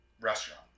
restaurant